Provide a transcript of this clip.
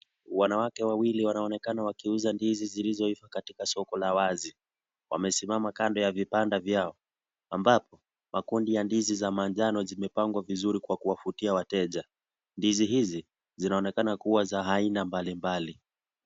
Wanawake wawili wanaonekana wakiuza ndizi zilizoiva katika soko la wazi, wamesimama kando ya vibanda vyao ambapo makundi ya ndizi za manjano zimepangwa vizuri kwa kuwavutia wateja, ndizi hizi zinaonekana kuwa za aina mbalimbali.